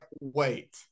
wait